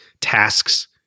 tasks